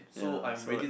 ya so